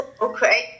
Okay